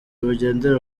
bugendera